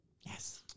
Yes